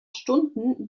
stunden